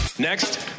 Next